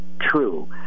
True